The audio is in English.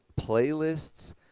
playlists